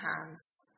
hands